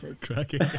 Cracking